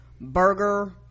burger